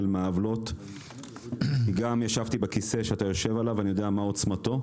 מהעוולות כי ישבתי גם בכיסא שאתה יושב עליו ואני יודע מה עוצמתו,